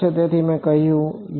તેથી મેં કહ્યુ